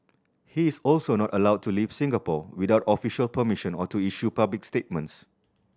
he is also not allowed to leave Singapore without official permission or to issue public statements